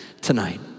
tonight